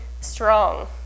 strong